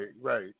right